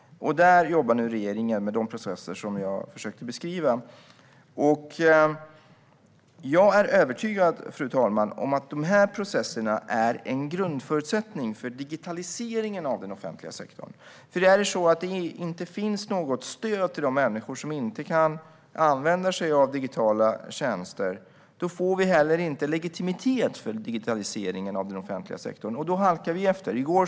Där jobbar nu regeringen med de processer som jag försökte beskriva. Fru talman! Jag är övertygad om att de här processerna är en grundförutsättning för digitaliseringen av den offentliga sektorn. Är det så att det inte finns något stöd till de människor som inte kan använda sig av digitala tjänster får vi heller inte legitimitet för digitaliseringen av den offentliga sektorn, och då halkar vi efter. Fru talman!